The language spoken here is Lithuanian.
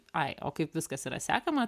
ai o kaip viskas yra sekama